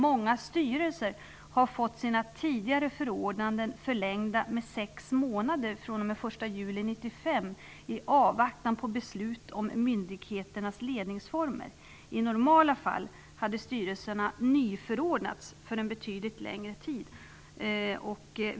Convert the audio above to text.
Många styrelser har fått sina tidigare förordnanden förlängda med sex månader fr.o.m. den 1 juli 1995 i avvaktan på beslut om myndigheternas ledningsformer. I normala fall hade styrelserna nyförordnats för en betydligt längre tid.